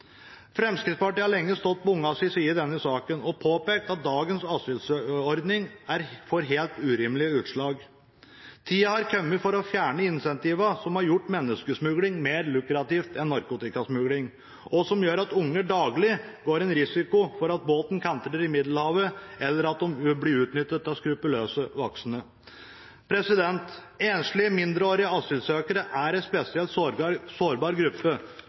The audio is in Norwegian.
Fremskrittspartiet har lenge stått på ungenes side i denne saken og påpekt at dagens asylordning får helt urimelige utslag. Tida har kommet for å fjerne incentivene som har gjort menneskesmugling mer lukrativt enn narkotikasmugling, og som gjør at unger daglig løper en risiko for at båten kantrer i Middelhavet, eller at de blir utnyttet av skruppelløse voksne. Enslige mindreårige asylsøkere er en spesielt sårbar gruppe